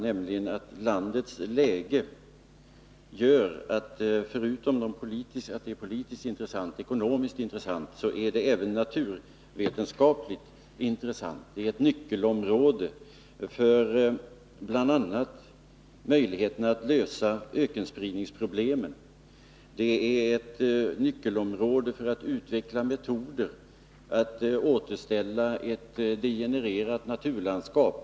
Förutom att Sudan är politiskt och ekonomiskt intressant gör landets läge att det även är naturvetenskapligt intressant. Det är bl.a. ett nyckelområde för möjligheterna att lösa ökenspridningsproblemet. Det är också ett nyckelområde för utvecklandet av metoder för att återställa ett degenererat naturlandskap.